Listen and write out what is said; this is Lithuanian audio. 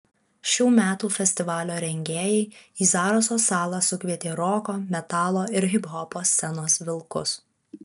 šių metų festivalio rengėjai į zaraso salą sukvietė roko metalo ir hiphopo scenos vilkus